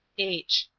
h.